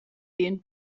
den